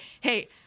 hey